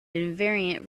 invariant